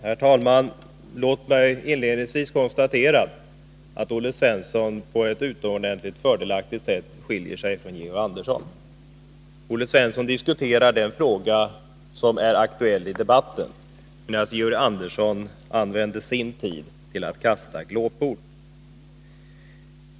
Herr talman! Låt mig inledningsvis konstatera att Olle Svensson på ett utomordentligt fördelaktigt sätt skiljer sig från Georg Andersson. Olle Svensson diskuterade den fråga som är aktuell i debatten, medan Georg Andersson använde sin tid till att kasta glåpord.